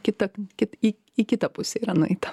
kita kad į į kitą pusę yra nueita